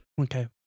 Okay